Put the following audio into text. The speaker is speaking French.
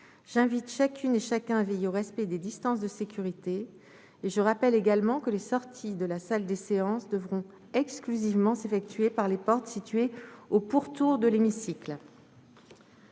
J'invite chacune et chacun d'entre vous à veiller au respect des distances de sécurité. Je rappelle également que les sorties de la salle des séances devront exclusivement s'effectuer par les portes situées au pourtour de l'hémicycle.